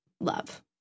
love